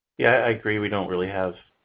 yeah, i agree. we don't really have